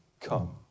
come